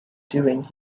doing